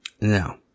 Now